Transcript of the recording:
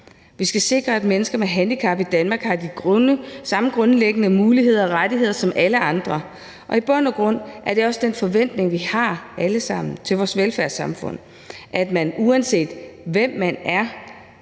Vi skal sikre, at mennesker med handicap i Danmark har de samme grundlæggende muligheder og rettigheder som alle andre, og i bund og grund er det også den forventning, vi alle sammen har til vores velfærdssamfund, altså at man, uanset hvem man er,